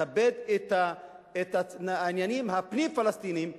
לכבד את העניינים הפנים-פלסטיניים.